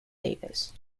davis